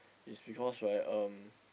is because right um